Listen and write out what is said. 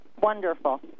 Wonderful